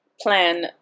plan